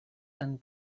and